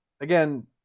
again